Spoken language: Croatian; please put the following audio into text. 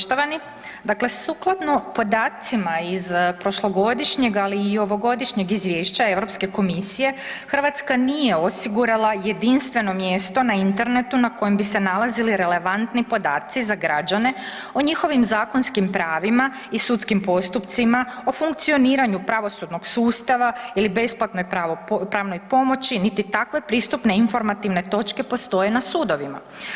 Poštovani, dakle sukladno podacima iz prošlogodišnjeg ali i ovogodišnjeg Izvješća Europske komisije Hrvatska nije osigurala jedinstveno mjesto na Internetu na kojem bi se nalazili relevantni podaci za građane o njihovim zakonskim pravima i sudskim postupcima, o funkcioniranju pravosudnog sustava ili besplatnoj pravnoj pomoći niti takve pristupne informativne točke postoje na sudovima.